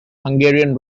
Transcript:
hungarian